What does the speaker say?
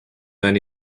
than